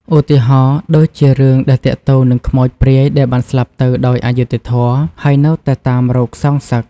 ឧទាហរណ៍ដូចជារឿងដែលទាក់ទងនឹងខ្មោចព្រាយដែលបានស្លាប់ទៅដោយអយុត្តិធម៌ហើយនៅតែតាមរកសងសឹក។